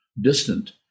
distant